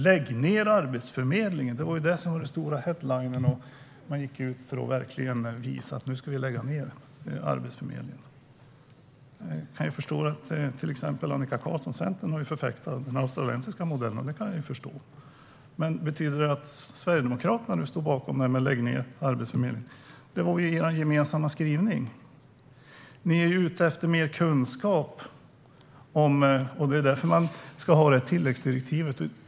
"Lägg ned Arbetsförmedlingen" - det var den stora rubrik man gick ut med för att visa att Arbetsförmedlingen verkligen ska läggas ned nu. Annika Qarlsson från Centerpartiet har förfäktat den australiska modellen. Det kan jag förstå. Men betyder det här att Sverigedemokraterna står bakom det där med att lägga ned Arbetsförmedlingen, Sven-Olof Sällström? Det är ju er gemensamma skrivning. Ni är ute efter mer kunskap. Det är därför ni vill ha tilläggsdirektivet.